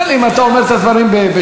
מילא אם אתה אומר את הדברים בשקט.